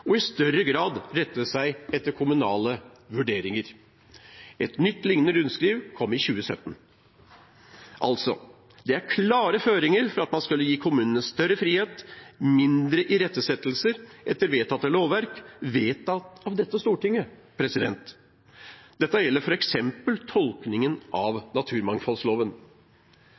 i større grad rette seg etter kommunale vurderinger. Et nytt lignende rundskriv kom i 2017. Altså: Det er klare føringer for at man skal gi kommunene større frihet, mindre irettesettelser etter vedtatte lovverk vedtatt av dette Stortinget. Dette gjelder f.eks. tolkningen av naturmangfoldloven.